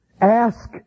ask